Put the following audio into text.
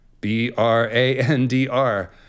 B-R-A-N-D-R